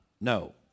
No